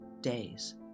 days